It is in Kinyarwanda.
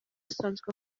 asanzwe